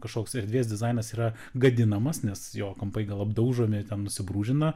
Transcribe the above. kažkoks erdvės dizainas yra gadinamas nes jo kampai gal apdaužomi ten nusibrūžina